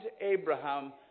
Abraham